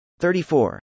34